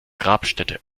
grabstätte